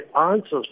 answers